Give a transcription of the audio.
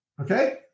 okay